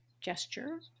gesture